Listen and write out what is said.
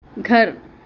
گھر